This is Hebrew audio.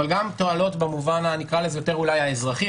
אבל גם תועלות במובן היותר אזרחי,